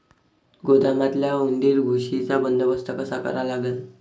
गोदामातल्या उंदीर, घुशीचा बंदोबस्त कसा करा लागन?